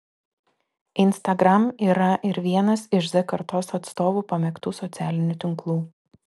instagram yra ir vienas iš z kartos atstovų pamėgtų socialinių tinklų